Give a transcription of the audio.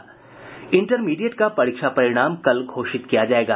intermediate का परीक्षा परिणाम कल घोषित किया जायेगा